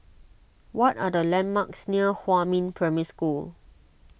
what are the landmarks near Huamin Primary School